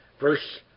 verse